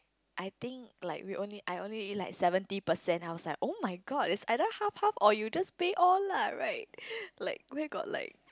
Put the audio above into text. I think like we only I only eat like seventy percent I was like oh-my-god it's either half half or you just pay all lah right like where got like